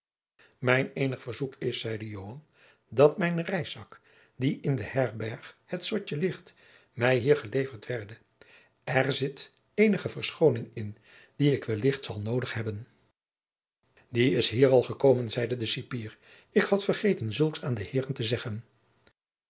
mijn eenig verzoek is zeide joan dat mijn reiszak die in de herberg het zotje ligt mij hier geleverd werde er zit eenige verschooning in die ik wellicht zal noodig hebben die is hier al gekomen zeide de cipier ik had vergeten zulks aan de heeren te zeggen